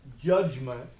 judgment